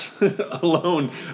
alone